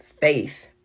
faith